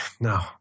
No